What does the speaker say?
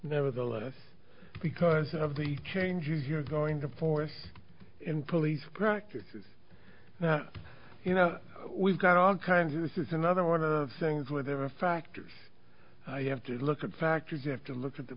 nevertheless because of the changes you're going to force in police practices you know we've got all kinds of this is another one of things where there are factors i have to look at factors you have to look at the